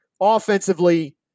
offensively